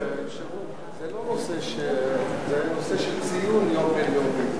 לא, היושב-ראש, זה נושא של ציון היום הבין-לאומי,